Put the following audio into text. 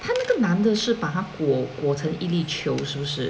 他那个难的是把他裹成一粒球是不是